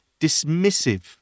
dismissive